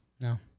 No